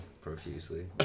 profusely